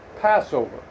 Passover